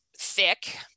Thick